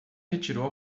retirou